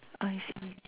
I see